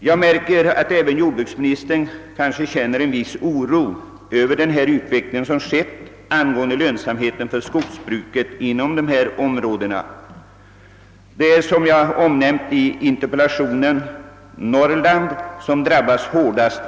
Jag tycker mig märka att även jordbruksministern känner en viss oro för den utveckling vi haft i fråga om skogsbrukets lönsamhet i berörda områden, och som jag framhållit i min interpellation har Norrland därvidlag drabbats hårdast.